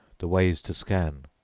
the ways to scan,